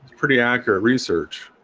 pretty accurate research